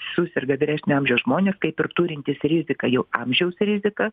suserga vyresnio amžiaus žmonės kaip ir turintys riziką jau amžiaus riziką